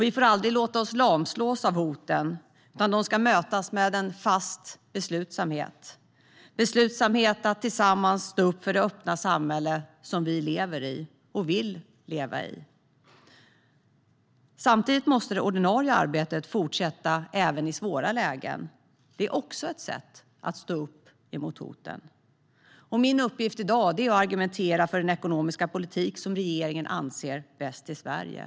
Vi får aldrig låta oss lamslås av hoten, utan de ska mötas med fast beslutsamhet, beslutsamhet att tillsammans stå upp för det öppna samhälle vi lever i och vill leva i. Samtidigt måste det ordinarie arbetet fortsätta även i svåra lägen. Det är ett sätt att stå upp mot hoten. Min uppgift i dag är att argumentera för den ekonomiska politik som regeringen anser vara bäst för Sverige.